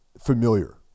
familiar